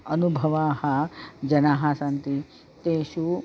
अनुभवाः जनाः सन्ति तेषु